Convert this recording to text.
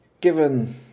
Given